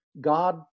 God